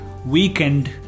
weakened